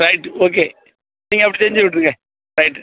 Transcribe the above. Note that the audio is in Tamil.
ரைட்டு ஓகே நீங்கள் அப்படி செஞ்சிவிட்டிருங்க ரைட்டு